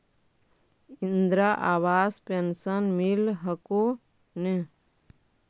इन्द्रा आवास पेन्शन मिल हको ने?